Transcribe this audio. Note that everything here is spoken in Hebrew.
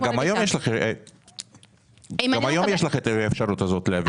גם היום יש לך את האפשרות הזאת להעביר מידע.